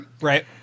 Right